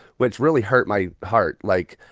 which really hurt my heart. like,